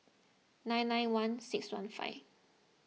nine nine one six one five